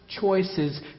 Choices